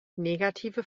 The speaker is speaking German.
negative